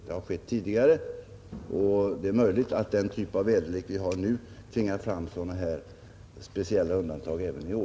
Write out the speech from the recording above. Det har skett tidigare, och det är möjligt att den typ av väderlek vi nu har tvingar fram speciella undantag även i år.